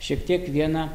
šiek tiek vieną